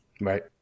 Right